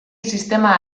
sistema